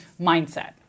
mindset